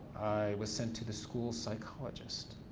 was sent to the school psychologist.